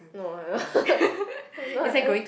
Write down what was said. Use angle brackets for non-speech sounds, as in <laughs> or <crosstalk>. no I never <laughs> no I